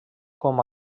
com